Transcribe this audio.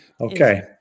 Okay